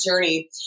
journey